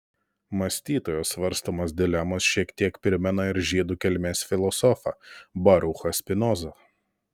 mąstytojo svarstomos dilemos šiek tiek primena ir žydų kilmės filosofą baruchą spinozą